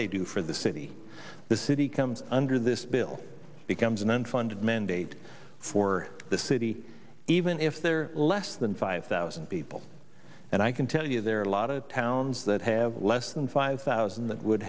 they do for the city the city comes under this bill becomes an unfunded mandate for the city even if they're less than five thousand people and i can tell you there are a lot of towns that have less than five thousand that would